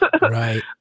Right